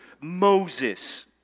Moses